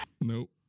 Nope